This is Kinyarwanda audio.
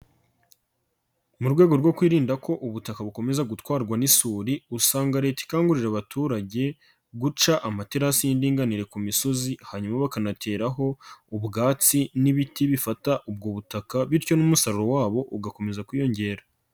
Mu rwego rwo kwirinda ko ubutaka bukomeza gutwarwa n'isuri, usanga leta ikangurira abaturage guca amaterasi y'inganire ku misozi, hanyuma bakanateraho ubwatsi n'ibiti bifata ubwo butaka, bityo n'umusaruro wabo ugakomeza kwiyongera.